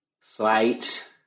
Slight